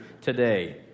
today